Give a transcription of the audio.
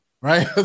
Right